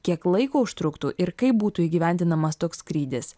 kiek laiko užtruktų ir kaip būtų įgyvendinamas toks skrydis